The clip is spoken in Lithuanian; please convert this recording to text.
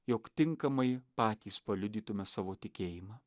jog tinkamai patys paliudytume savo tikėjimą